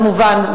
כמובן,